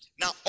Now